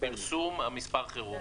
פרסום ומספר חירום.